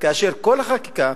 כאשר כל החקיקה,